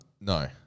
no